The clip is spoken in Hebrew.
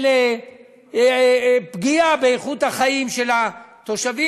של פגיעה באיכות החיים של התושבים.